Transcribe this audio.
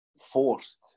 forced